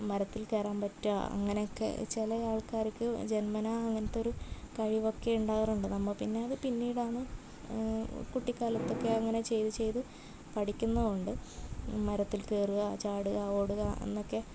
മരത്തിൽ കയറാൻ പറ്റുക അങ്ങനെയൊക്കെ ചില ആൾക്കാർക്ക് ജന്മനാ അങ്ങനത്തെയൊരു കഴിവൊക്കെ ഉണ്ടാവാറുണ്ട് നമ്മൾ പിന്നെ പിന്നീടാണ് കുട്ടിക്കാലത്തൊക്കെ അങ്ങനെ ചെയ്ത് ചെയ്ത് പഠിക്കുന്നതുകൊണ്ട് മരത്തിൽ കയറുക ചാടുക ഓടുക എന്നൊക്കെ